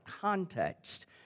context